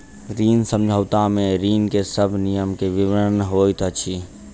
ऋण समझौता में ऋण के सब नियम के विवरण होइत अछि